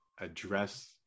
address